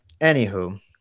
anywho